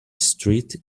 street